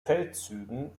feldzügen